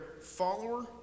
follower